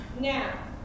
Now